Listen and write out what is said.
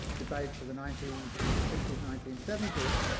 debates of the nineteen sixties nineteen seventies,